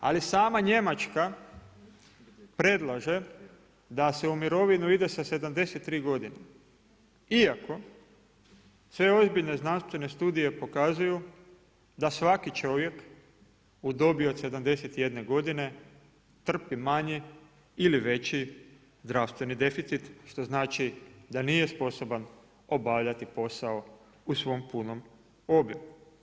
Ali sama Njemačka predlaže da se u mirovinu ide sa 73 godine, iako sve ozbiljne znanstvene studije pokazuju da svaki čovjek u dobi od 71 godine trpi manji ili veći zdravstveni deficit što znači da nije sposoban obavljati posao u svom punom obimu.